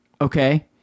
okay